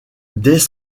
dès